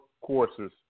courses